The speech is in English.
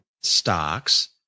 stocks